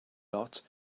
lot